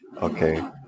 Okay